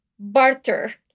barter